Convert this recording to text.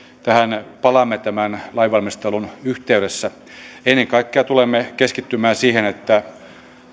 tähän palaamme tämän lainvalmistelun yhteydessä ennen kaikkea tulemme keskittymään siihen että